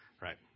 Right